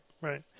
right